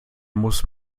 muss